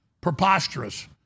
preposterous